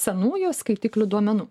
senųjų skaitiklių duomenų